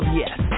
yes